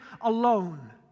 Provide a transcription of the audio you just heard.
alone